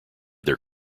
their